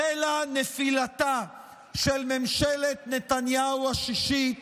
החלה נפילתה של ממשלת נתניהו השישית.